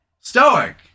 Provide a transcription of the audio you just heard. stoic